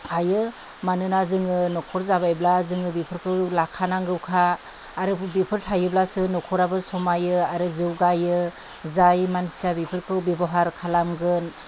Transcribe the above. हायो मानोना जोङो न'खर जाबायब्ला जोङो बेफोरखौ लाखानांगौखा आरो बेफोर थायोब्लासो न'खराबो समायो आरो जौगायो जाय मानसिया बेफोरखौ बेबहार खालामगोन